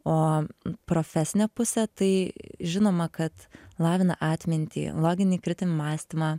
o profesinė pusė tai žinoma kad lavina atmintį loginį kritinį mąstymą